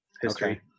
history